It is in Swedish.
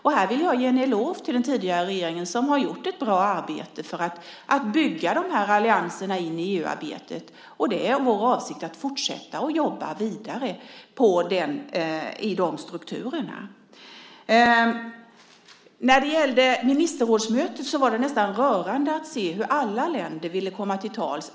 Och här vill jag ge en eloge till den tidigare regeringen, som har gjort ett bra arbete för att bygga de här allianserna i EU-arbetet. Det är vår avsikt att fortsätta och jobba vidare i de strukturerna. När det gäller ministerrådsmötet var det nästan rörande att se hur alla länder ville komma till tals.